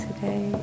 today